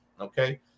okay